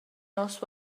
nos